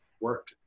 work